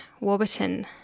Warburton